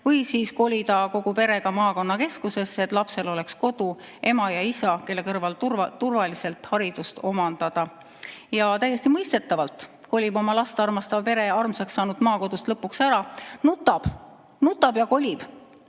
või siis kolida kogu perega maakonnakeskusesse, et lapsel oleks kodu, ema ja isa, kelle kõrval turvaliselt haridust omandada. Ja täiesti mõistetavalt kolib oma last armastav pere armsaks saanud maakodust lõpuks ära – nutab ja kolib